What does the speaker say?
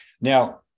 Now